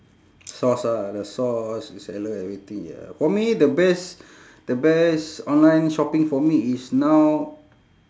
source ah the source the seller everything ya for me the best the best online shopping for me is now